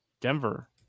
denver